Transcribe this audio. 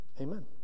Amen